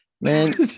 man